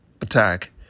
attack